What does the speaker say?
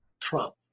Trump